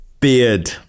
beard